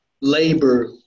labor